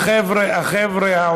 חבר'ה,